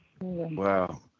Wow